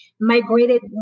migrated